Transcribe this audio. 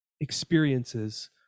experiences